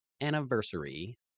anniversary